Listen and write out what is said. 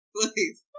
Please